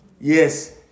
Yes